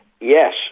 Yes